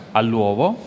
all'uovo